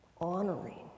honoring